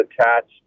attached